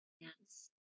Yes